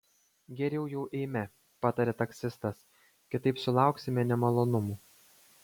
geriau jau eime patarė taksistas kitaip sulauksime nemalonumų